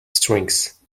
strings